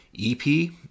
EP